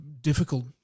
difficult